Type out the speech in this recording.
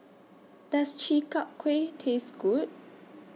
Does Chi Kak Kuih Taste Good